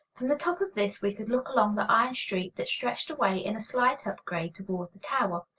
from the top of this we could look along the iron street that stretched away in a slight up-grade toward the tower.